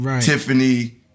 Tiffany